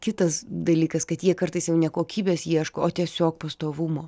kitas dalykas kad jie kartais ne kokybės ieško o tiesiog pastovumo